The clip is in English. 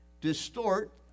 distort